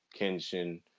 kenshin